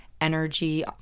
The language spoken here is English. energy